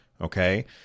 Okay